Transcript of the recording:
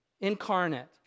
incarnate